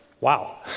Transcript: Wow